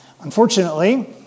Unfortunately